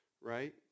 right